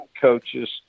coaches